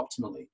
optimally